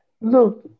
look